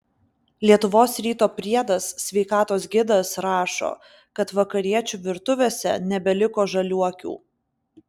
lietuvos ryto priedas sveikatos gidas rašo kad vakariečių virtuvėse nebeliko žaliuokių